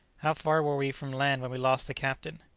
how far were we from land when we lost the captain?